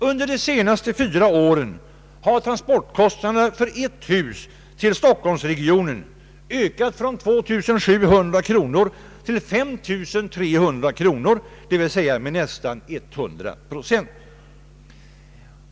Under de senaste fyra åren har transportkostnaderna för ett hus till Stockholmsregionen ökat från 2700 kronor till 5300 kronor, d.v.s. med nästan 100 procent.